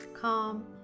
Calm